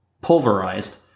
pulverized